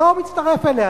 לא מצטרף אליה.